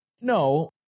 No